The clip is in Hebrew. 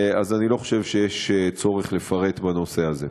אני לא חושב שיש צורך לפרט בנושא הזה.